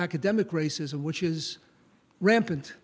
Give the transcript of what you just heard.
academic racism which is rampant